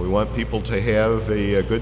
we want people to have a good